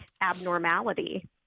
abnormality